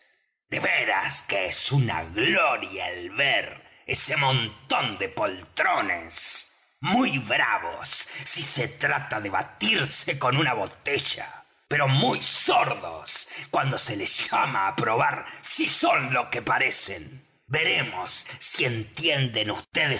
de veras que es una gloria el ver ese montón de poltrones muy bravos si se trata de batirse con una botella pero muy sordos cuando se les llama á probar si son lo que parecen veremos si entienden